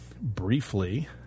briefly